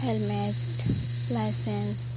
helmet licence